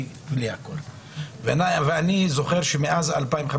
אני זוכר שמאז 2015,